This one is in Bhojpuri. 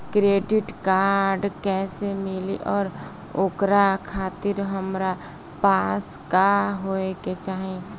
क्रेडिट कार्ड कैसे मिली और ओकरा खातिर हमरा पास का होए के चाहि?